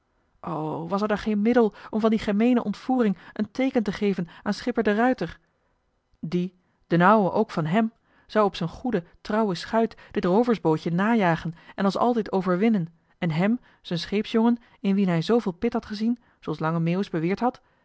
was er dan geen middel om van die gemeene ontvoering een teeken te geven aan schipper de ruijter die d'n ouwe ook van hèm zou op z'n goede trouwe schuit dit rooversbootje najagen en als altijd overwinnen en hem z'n scheepsjongen in wien hij zooveel pit had gezien zooals lange meeuwis beweerd had